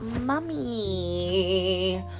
Mummy